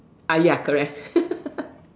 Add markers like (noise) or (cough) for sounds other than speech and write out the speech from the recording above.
ya correct (laughs)